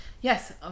Yes